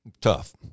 tough